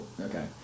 Okay